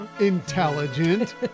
intelligent